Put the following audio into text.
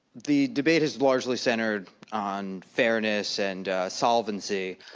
the debate has largely centered on fairness and solvency.